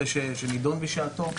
היא התבצעה והיא היתה בסדר גמור.